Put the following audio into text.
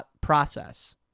process